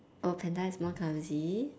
or panda is more clumsy